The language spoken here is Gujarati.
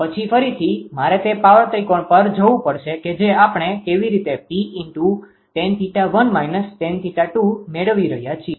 પછી ફરીથી મારે તે પાવર ત્રિકોણ પર જવું પડશે કે આપણે કેવી રીતે 𝑃tan𝜃1 −tan𝜃2 મેળવી રહ્યા છીએ